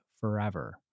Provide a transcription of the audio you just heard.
forever